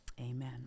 Amen